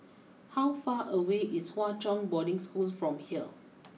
how far away is Hwa Chong Boarding School from here